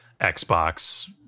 Xbox